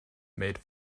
made